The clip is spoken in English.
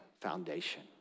foundation